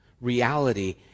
reality